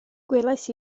gwelais